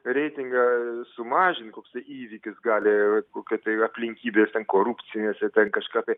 reitingą sumažint koksai įvykis gali kokia tai aplinkybė ten korupcijos ir ten kažkas tai